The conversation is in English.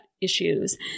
issues